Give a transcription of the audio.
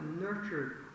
nurtured